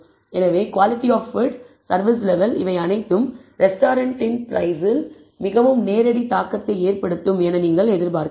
எனவே quality of food service level இவை அனைத்தும் ரெஸ்டாரன்ட்டின் பிரைஸில் மிகவும் நேரடி தாக்கத்தை ஏற்படுத்தும் என்று நீங்கள் எதிர்பார்க்கலாம்